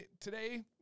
Today